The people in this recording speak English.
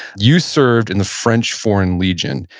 you served in the french foreign legion.